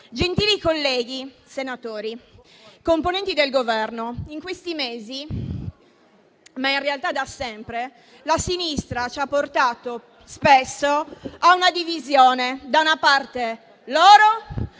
Onorevoli colleghi senatori, componenti del Governo, in questi mesi, ma in realtà da sempre, la sinistra ci ha portato spesso a una divisione: da una parte loro